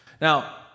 Now